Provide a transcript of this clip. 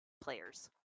players